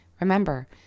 Remember